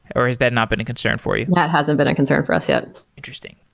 or has that not been a concern for you? that hasn't been a concern for us yet interesting.